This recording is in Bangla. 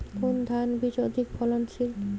কোন ধান বীজ অধিক ফলনশীল?